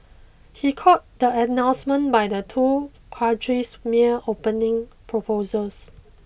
he called the announcements by the two countries mere opening proposals